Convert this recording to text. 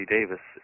Davis